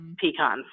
pecans